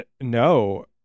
No